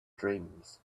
dreams